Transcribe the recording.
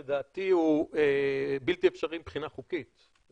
לדעתי הוא בלתי אפשרי מבחינה חוקית,